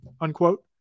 unquote